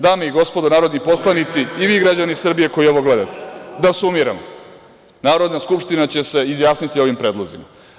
Dame i gospodo narodni poslanici, i vi građani Srbije koji ovo gledate, da sumiramo, Narodna skupština će se izjasniti o ovim predlozima.